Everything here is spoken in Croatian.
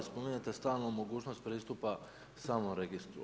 Spominjete stalno mogućnost pristupa samom registru.